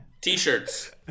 T-shirts